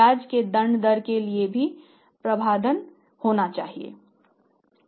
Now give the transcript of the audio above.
ब्याज की दंड दर के लिए भी प्रावधान होना चाहिए